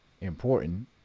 important